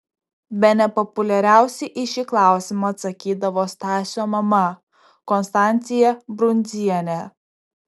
bene populiariausiai į šį klausimą atsakydavo stasio mama konstancija brundzienė